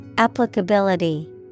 Applicability